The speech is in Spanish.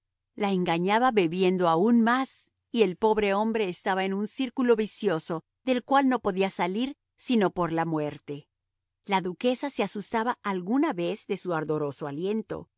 la engañaba bebiendo aún más y el pobre hombre estaba en un círculo vicioso del cual no podía salir sino por la muerte la duquesa se asustaba alguna vez de su ardoroso aliento